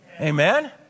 amen